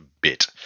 bit